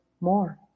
more